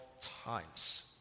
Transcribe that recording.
times